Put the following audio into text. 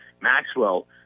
Maxwell